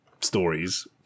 stories